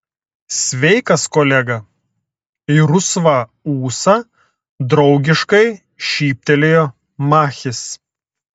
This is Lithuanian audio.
sveikas kolega į rusvą ūsą draugiškai šyptelėjo machis